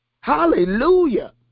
Hallelujah